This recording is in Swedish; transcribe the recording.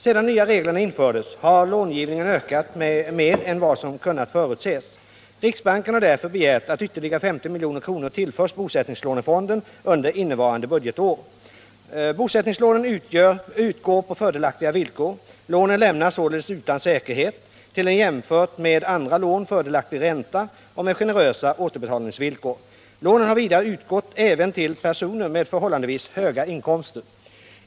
Sedan de nya reglerna infördes har långivningen ökat mer än vad som kunnat förutses. Riksbanken har därför begärt att ytterligare 50 milj.kr. tillförs bosättningslånefonden under innevarande budgetår. Bosättningslånen utgår på fördelaktiga villkor. Lånen lämnas således utan säkerhet, till en jämfört med andra lån fördelaktig ränta och med generösa återbetalningsvillkor. Lånen har vidare utgått även till personer med förhållandevis höga inkomster.